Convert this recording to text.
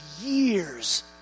years